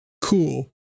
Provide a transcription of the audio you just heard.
Cool